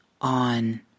on